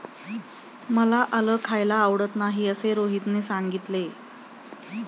मला आलं खायला आवडत नाही असे रोहितने सांगितले